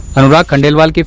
anurag khandelwal?